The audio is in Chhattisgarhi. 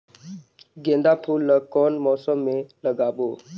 गेंदा फूल ल कौन मौसम मे लगाबो?